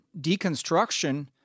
deconstruction